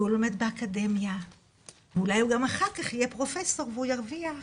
כי הוא לומד באקדמיה ואולי יום אחד יהיה פרופסור והוא ירוויח הרבה.